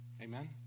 Amen